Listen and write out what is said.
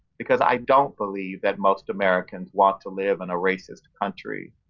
because i don't believe that most americans want to live in a racist country,